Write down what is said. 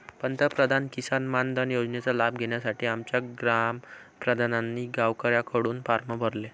पंतप्रधान किसान मानधन योजनेचा लाभ घेण्यासाठी आमच्या ग्राम प्रधानांनी गावकऱ्यांकडून फॉर्म भरले